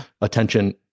attention